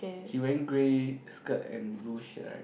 she wearing grey skirt and blue shirt right